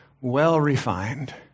well-refined